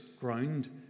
ground